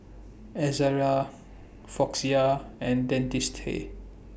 Ezerra Floxia and Dentiste